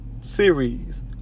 series